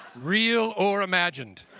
real or imagined.